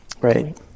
Right